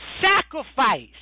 sacrifice